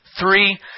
three